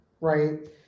right